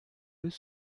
eux